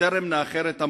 בטרם נאחר את המועד,